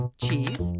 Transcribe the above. cheese